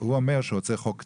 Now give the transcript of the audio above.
הוא אומר שהוא רוצה חוק צר,